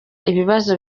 ibibazo